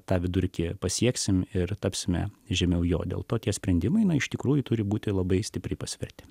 tą vidurkį pasieksime ir tapsime žemiau jo dėl to tie sprendimai iš tikrųjų turi būti labai stipriai pasverti